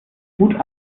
gut